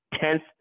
Tenth